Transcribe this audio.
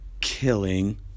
killing